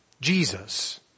Jesus